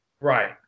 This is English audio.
right